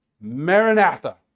Maranatha